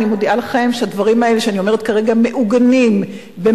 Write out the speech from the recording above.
אני מודיעה לכם שהדברים האלה שאני אומרת כרגע מעוגנים במחקרים